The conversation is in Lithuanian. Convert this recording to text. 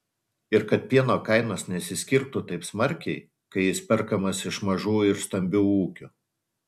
ir kad pieno kainos nesiskirtų taip smarkiai kai jis perkamas iš mažų ir stambių ūkių